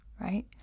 right